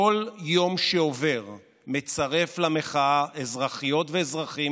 כל יום שעובר מצרף למחאה אזרחיות ואזרחים